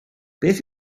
beth